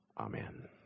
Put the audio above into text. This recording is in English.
Amen